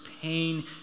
pain